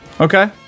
Okay